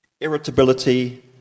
irritability